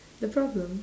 the problem